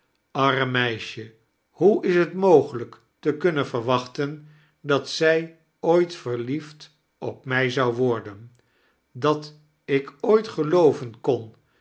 arm meisje hoe is t mogelijk te kunnen verwachtm dat zij ooit verliefd op mij zou worden dat ik ooit gelooven kon